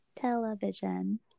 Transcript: Television